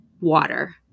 water